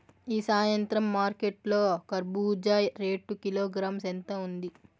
ఈ సాయంత్రం మార్కెట్ లో కర్బూజ రేటు కిలోగ్రామ్స్ ఎంత ఉంది?